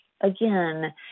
again